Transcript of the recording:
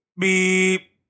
beep